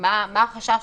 מה החשש?